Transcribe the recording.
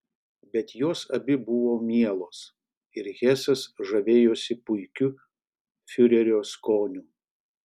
bet jos abi buvo mielos ir hesas žavėjosi puikiu fiurerio skoniu